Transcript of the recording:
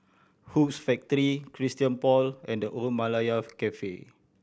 Hoops Factory Christian Paul and The Old Malaya Cafe